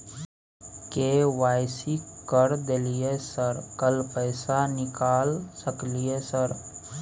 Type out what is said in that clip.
KYC कर दलियै sir कल पैसा निकाल सकलियै सर?